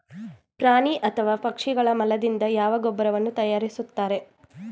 ಪ್ರಾಣಿ ಅಥವಾ ಪಕ್ಷಿಗಳ ಮಲದಿಂದ ಯಾವ ಗೊಬ್ಬರವನ್ನು ತಯಾರಿಸುತ್ತಾರೆ?